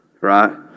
right